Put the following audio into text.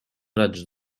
raig